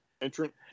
entrant